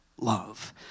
Love